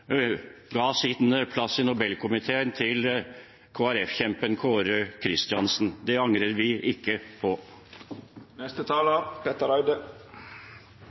sin medlemsplass i Nobelkomiteen til Kristelig Folkeparti-kjempen Kåre Kristiansen. Det angrer vi ikke på.